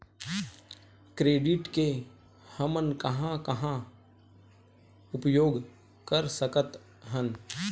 Credit के हमन कहां कहा उपयोग कर सकत हन?